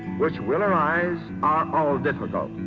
which will arise, are all difficult. and